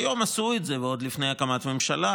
היום עשו את זה ועוד לפני הקמת ממשלה,